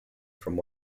from